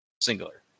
singular